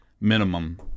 minimum